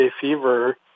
fever